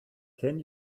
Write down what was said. can